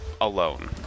alone